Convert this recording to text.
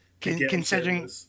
considering